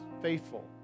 faithful